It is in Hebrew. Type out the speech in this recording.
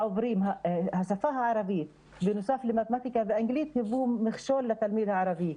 השפה הערבית בנוסף למתמטיקה ואנגלית היוו מכשול לתלמיד הערבי.